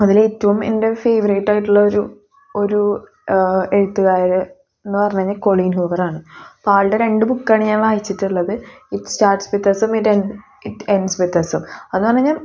അതിലേറ്റവും എൻ്റെ ഫേവറേറ്റായിട്ടുള്ളൊരു ഒരു എഴുത്തുകാരനെന്ന് പറഞ്ഞ് കഴിഞ്ഞാൽ കൊളീൻ ഹൂവറാണ് അപ്പം ആളുടെ രണ്ട് ബുക്കാണ് ഞാൻ വായിച്ചിട്ടുള്ളത് ഇറ്റ് സ്റ്റാർട്ട്സ് വിത്ത് അസും ഇറ്റ് എൻ ഇറ്റ് എൻഡ്സ് വിത്ത് അസും അത് പറഞ്ഞ് കഴിഞ്ഞാൽ